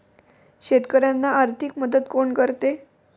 शेतकऱ्यांना आर्थिक मदत कोण करते?